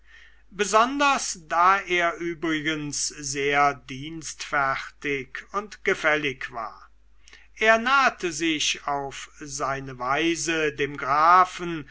besonders da er übrigens sehr dienstfertig und gefällig war er nahte sich auf seine weise dem grafen